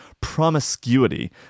promiscuity